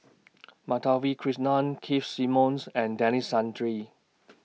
Madhavi Krishnan Keith Simmons and Denis Santry